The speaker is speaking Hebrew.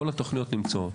כל התוכניות נמצאות.